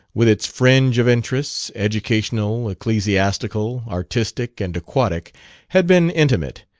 with its fringe of interests educational, ecclesiastical, artistic and aquatic had been intimate,